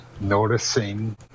noticing